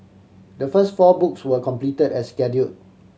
the first four books were completed as schedule